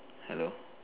hello